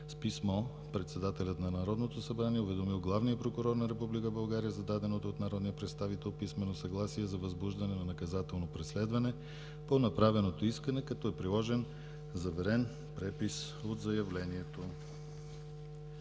С писмо, председателят на Народното събрание е уведомил главния прокурор на Република България за даденото от народния представител писмено съгласие за възбуждане на наказателно преследване по направеното искане, като е приложен заверен препис от заявлението.